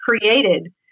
created